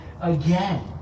again